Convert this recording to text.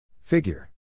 Figure